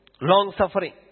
long-suffering